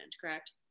correct